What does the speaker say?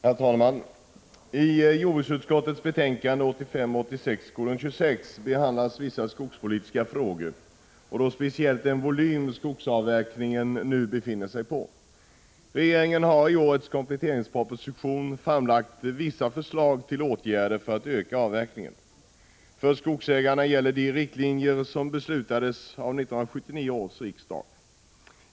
Herr talman! I jordbruksutskottets betänkande 1985/86:26 behandlas vissa skogspolitiska frågor och då speciellt den volym skogsavverkningen nu har. Regeringen har i årets kompletteringsproposition framlagt vissa förslag till åtgärder för att öka avverkningen. För skogsägare gäller de riktlinjer som beslutades av 1979 års riksdag.